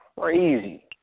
crazy